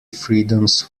freedoms